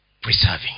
preserving